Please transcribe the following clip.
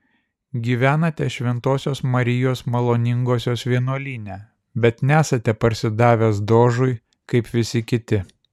gyvenate šventosios marijos maloningosios vienuolyne bet nesate parsidavęs dožui kaip visi kiti